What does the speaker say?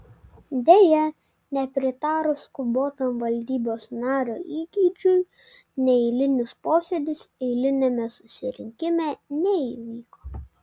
deja nepritarus skubotam valdybos nario įgeidžiui neeilinis posėdis eiliniame susirinkime neįvyko